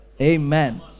Amen